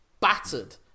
battered